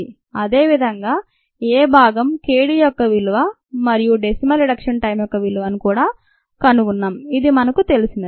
అదేవిధంగా మనం a భాగం k d యొక్క విలువ మరియు "డెసిమల్ రిడక్షన్ టైం" యొక్క విలువను కూడా కనుగొన్నాం ఇది మనకు తెలిసింది